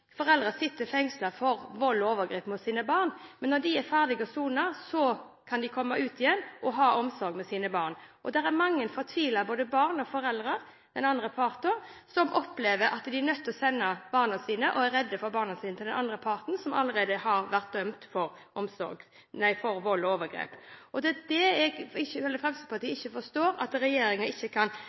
sitter fengslet for vold og overgrep mot sine barn, men når de er ferdige å sone, kan de komme ut igjen og ha omsorgen for sine barn. Det er mange fortvilte barn, foreldre og andre parter som opplever at de er nødt til å sende barna sine – som de er redde for – til den andre parten, som allerede har vært dømt for vold og overgrep. Fremskrittspartiet forstår ikke at regjeringen ikke kan i hvert fall sikre at